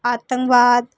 आतंकवाद